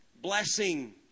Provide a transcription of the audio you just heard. Blessing